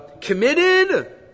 committed